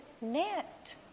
net